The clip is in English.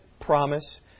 promise